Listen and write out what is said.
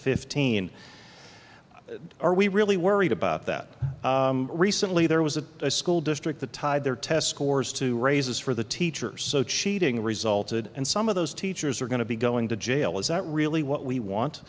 fifteen are we really worried about that recently there was a school district the tied their test scores to raises for the teacher so cheating resulted and some of those teachers are going to be going to jail is that really what we want